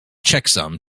checksum